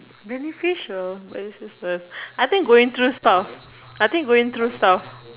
beneficial but it's useless I think going through stuff I think going through stuff